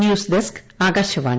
news desk Akashvani